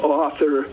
author